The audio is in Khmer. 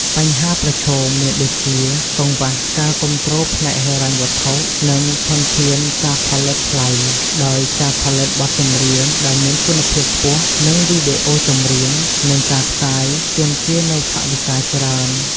បញ្ហាប្រឈមមានដូចជា កង្វះការគាំទ្រផ្នែកហិរញ្ញវត្ថុ និងធនធានការផលិតថ្លៃ ដោយការផលិតបទចម្រៀងដែលមានគុណភាពខ្ពស់ វីដេអូចម្រៀង និងការផ្សព្វផ្សាយទាមទារនូវថវិកាច្រើន។